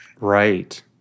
right